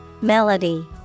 Melody